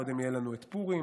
קודם יהיה לנו את פורים,